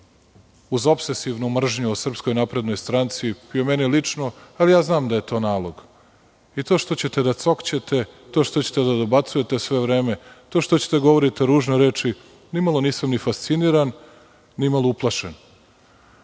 uz opsesivnu mržnju o SNS i o meni lično, ali znam da je to nalog. I to što ćete da cokćete, to što ćete da dobacujete sve vreme, to što ćete da govorite ružne reči, nimalo nisam ni fasciniran, nimalo uplašen,